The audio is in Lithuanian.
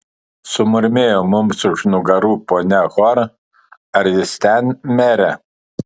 sumurmėjo mums už nugarų ponia hor ar jis ten mere